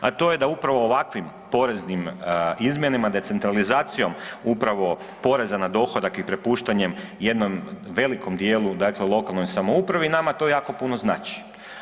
A to je da upravo ovakvim poreznim izmjenama, decentralizacijom upravo poreza na dohodak i prepuštanjem jednom velikom dijelu dakle, lokalnoj samoupravi, nama to jako puno znači.